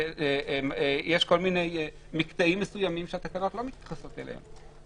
יש כל מיני מקטעים מסוימים שהתקנות לא מתייחסות אליהם.